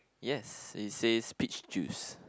yes it says peach juice